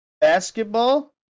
basketball